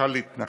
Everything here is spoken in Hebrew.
נוכל להתנחם.